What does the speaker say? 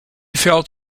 felt